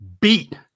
Beat